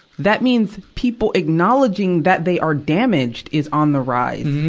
that means people acknowledging that they are damaged is on the rise,